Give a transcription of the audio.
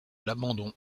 l’abandon